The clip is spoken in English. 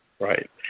Right